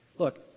Look